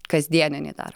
kasdieninį dar